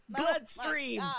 bloodstream